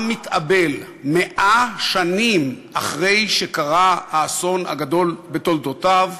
עם מתאבל 100 שנים אחרי שקרה האסון הגדול בתולדותיו,